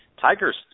Tiger's